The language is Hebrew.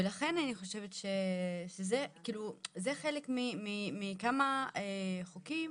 ולכן אני חושבת שזה חלק מכמה חוקים